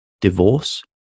divorce